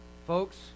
Folks